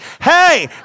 Hey